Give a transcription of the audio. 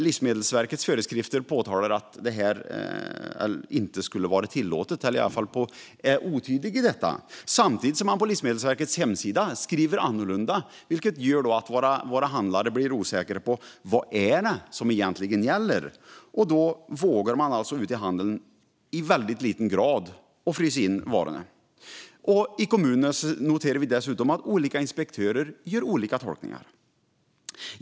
Livsmedelsverkets föreskrifter ger intryck av att detta inte skulle vara tillåtet eller är i alla fall otydliga när det gäller detta, samtidigt som man på Livsmedelsverkets hemsida skriver annorlunda, vilket gör att våra handlare blir osäkra på vad det är som egentligen gäller. Då vågar man alltså ute i handeln i väldigt liten grad frysa in varor. I kommunerna noterar vi dessutom att olika inspektörer gör olika tolkningar.